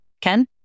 Ken